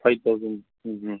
five thousand hmm ம்